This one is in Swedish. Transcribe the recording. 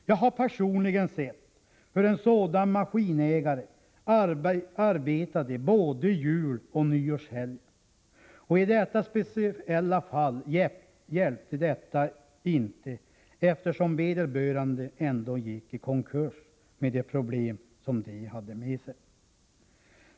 Jag har personligen sett hur en sådan maskinägare arbetade under både juloch nyårshelgen. I detta speciella fall hjälpte det inte eftersom vederbörande ändå gick i konkurs, med de problem som det hade med sig.